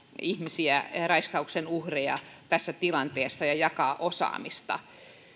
ihmisiä raiskauksen uhreja tässä tilanteessa ja jakaa osaamista